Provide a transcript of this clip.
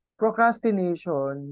procrastination